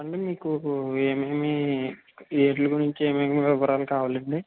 చెప్పండి మీకు ఏమేమి వేటి గురించి ఏమేమి వివరాలు కావాలండి